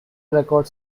record